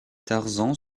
tarzan